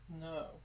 No